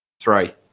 Three